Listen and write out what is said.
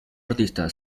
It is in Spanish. artista